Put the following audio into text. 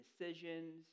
decisions